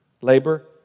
labor